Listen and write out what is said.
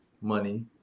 money